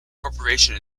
corporation